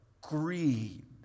greed